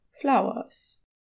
flowers